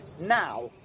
Now